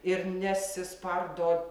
ir nesispardo